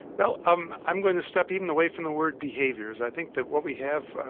well, i'm i'm going to step even away from the word behaviours. i think that what we have,